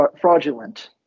fraudulent